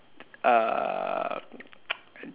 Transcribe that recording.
uh